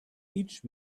each